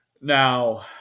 Now